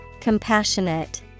Compassionate